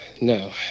no